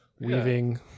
weaving